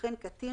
וכן קטין,